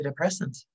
antidepressants